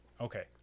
Okay